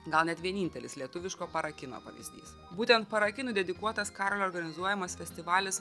gal net vienintelis lietuviško para kino pavyzdys būtent para kinu dedikuotas karolio organizuojamas festivalis